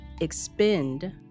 expend